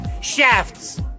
shafts